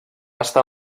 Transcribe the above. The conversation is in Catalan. estar